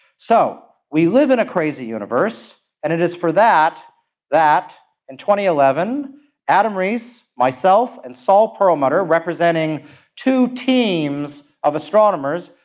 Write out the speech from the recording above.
so we live in a crazy universe, and it is for that that and eleven adam riess, myself and saul perlmutter representing two teams of astronomers,